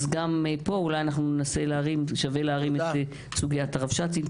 אז גם פה אולי שווה להרים את סוגיית הרבש"צים.